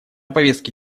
повестке